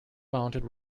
mounted